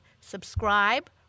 subscribe